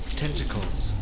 tentacles